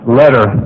letter